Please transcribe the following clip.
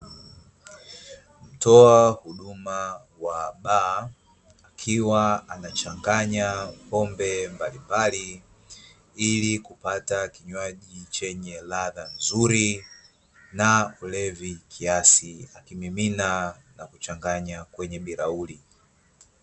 Mtoa huduma wa baa akiwa anachanganya pombe mbalimbali, ili kupata kinywaji chenye radha nzuri na urevi kiasi akimimina na kuchanganya kwenye birauli.